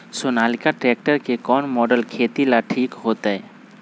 Sonalika tractor के कौन model खेती ला ठीक होतै?